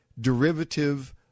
derivative